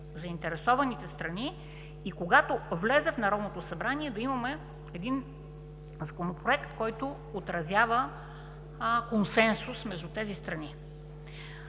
заинтересованите страни и когато влезе в Народното събрание да имаме един Законопроект, който отразява консенсус между тези страни.